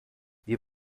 wir